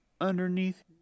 underneath